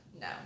No